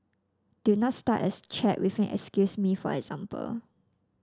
do not start as chat with an excuse me for example